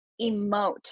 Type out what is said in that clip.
emote